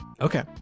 okay